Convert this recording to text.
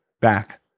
back